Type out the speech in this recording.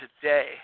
today